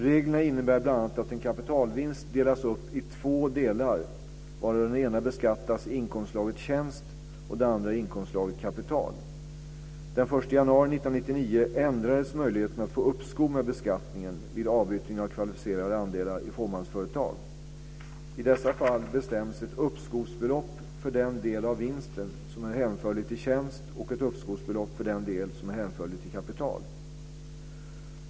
Reglerna innebär bl.a. att en kapitalvinst delas upp i två delar, varav den ena beskattas i inkomstslaget tjänst och den andra i inkomstslaget kapital. Den 1 januari 1999 ändrades möjligheterna att få uppskov med beskattningen vid avyttring av kvalificerade andelar i fåmansföretag. I dessa fall bestäms ett uppskovsbelopp för den del av vinsten som är hänförlig till tjänst och ett uppskovsbelopp för den del som är hänförlig till kapital.